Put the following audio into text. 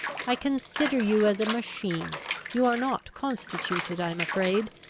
i consider you as a machine you are not constituted, i am afraid,